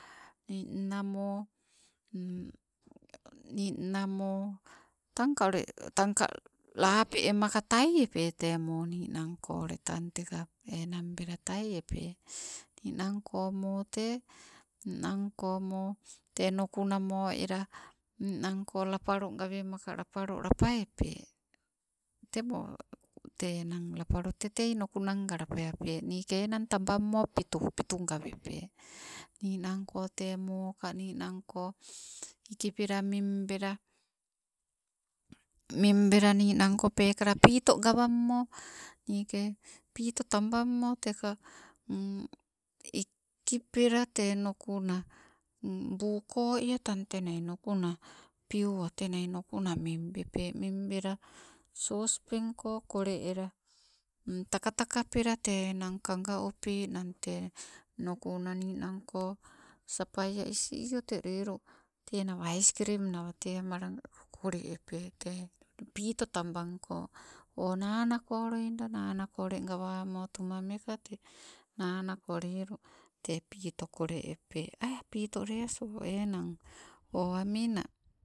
Ninna moo ninna moo tangka ule tangka lape emaka, tai epe, te moo ninang ko ule tang teka. Enang bela tai epe, ninangko moo tee ninang ko moo te nukunamo ela, ninang lapalo gawemaka, lapalo lapawepe. Tee moo tee enang lapalo te tei nuku nanga lapawape, nike enang tabang mo pitu, pitu gawepe. Ninangko tee moo ka ninangko ikipela mimbela, mimbela ninangko pekala pito gawammo nike pito tabamo teka ikipela tee nukuna buu ko ea tang tenia nukuna piuwa tenia nukuna mimbepe, mimbela sospenko kole ela, taka taka pela tee enang, kaga opening te nukuna, ninanko sapaia isi iio te, te lelu, tenawa ais krim nawa tee amala kole epe te, pito tabanko. O nanakoloida, nanako gawamo tuma meka te nanako lelu pito kole epe ai pito lea sori enang o ami na?